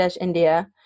India